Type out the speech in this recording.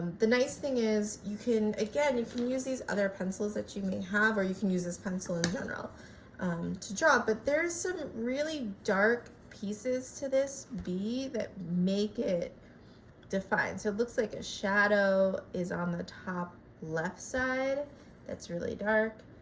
the nice thing is you can again you can use these other pencils that you may have or you can use this pencil in general to draw but there's some really dark pieces to this b that make it defined. so it looks like a shadow is on the top left side that's really dark.